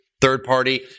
third-party